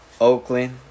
Oakland